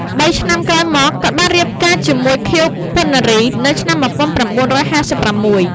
បីឆ្នាំក្រោយមក គាត់ បានរៀបការជាមួយ ខៀវ ប៉ុណ្ណារី នៅឆ្នាំ១៩៥៦។